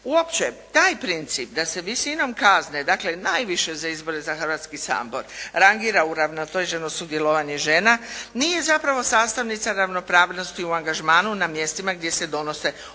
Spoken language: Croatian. Uopće taj princip da se visinom kazne, dakle najviše za izbore za Hrvatski sabor rangira uravnoteženo sudjelovanje žena nije zapravo sastavnica ravnopravnosti u angažmanu na mjestima gdje se donose odluke